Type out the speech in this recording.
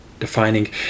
Defining